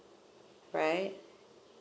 right